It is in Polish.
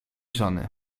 żony